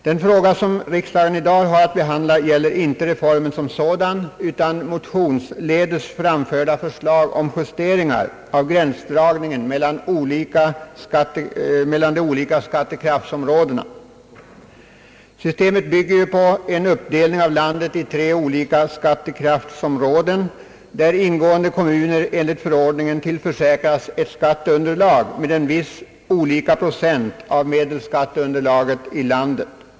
Den fråga som riksdagen i dag har att behandla gäller inte reformen som sådan utan motionsledes framförda förslag om justeringar av gränsdragningen mellan de olika skattekraftsområdena. Systemet bygger ju på en uppdelning av landet i tre olika skattekraftsområden, där ingående kommuner enligt förordningen tillförsäkras ett visst skatteunderlag med olika procenttal av medelskatteunderlaget i landet.